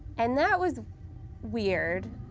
and that was weird,